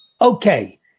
Okay